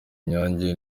inyange